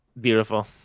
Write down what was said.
beautiful